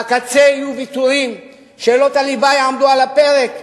בקצה יהיו ויתורים, שאלות הליבה יעמדו על הפרק,